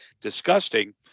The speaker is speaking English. disgusting